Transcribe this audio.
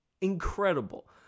incredible